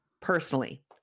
Personally